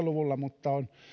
luvulla mutta on